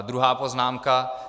Druhá poznámka.